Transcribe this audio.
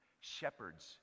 shepherds